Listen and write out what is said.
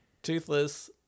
Toothless